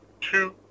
Two